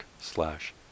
slash